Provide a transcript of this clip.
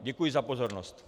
Děkuji za pozornost.